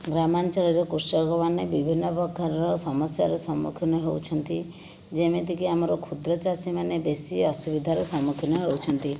ଗ୍ରାମାଞ୍ଚଳରେ କୃଷକ ମାନେ ବିଭିନ୍ନ ପ୍ରକାରର ସମସ୍ୟାରେ ସମ୍ମୁଖୀନ ହେଉଛନ୍ତି ଯେମିତିକି ଆମର କ୍ଷୁଦ୍ରଚାଷୀ ମାନେ ବେଶି ଅସୁବିଧାରେ ସମ୍ମୁଖୀନ ହେଉଛନ୍ତି